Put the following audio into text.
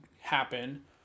happen